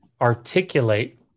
articulate